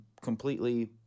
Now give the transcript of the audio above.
completely